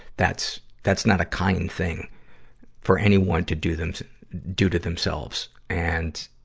that's, that's not a kind thing for anyone to do them, to do to themselves. and,